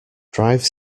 drive